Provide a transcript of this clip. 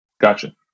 Gotcha